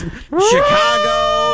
Chicago